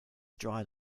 dried